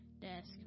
desk